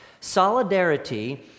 Solidarity